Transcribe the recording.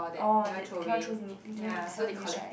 orh th~ cannot throw finish cannot finish right